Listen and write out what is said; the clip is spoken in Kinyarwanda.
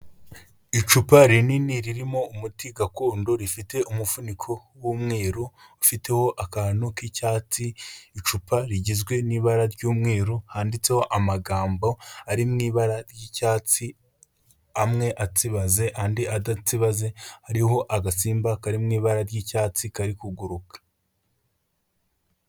Icupa rinini ririmo umuti gakondo rifite umufuniko w'umweru ufiteho akantu k'icyatsi, icupa rigizwe n'ibara ry'umweru handitseho amagambo ari mu ibara ry'icyatsi, amwe atsibaze andi adatsibaze, hariho agasimba kari mu ibara ry'icyatsi kari kuguruka.